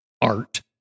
art